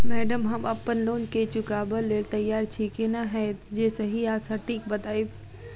Madam हम अप्पन loan केँ चुकाबऽ लैल तैयार छी केना हएत जे सही आ सटिक बताइब?